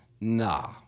Nah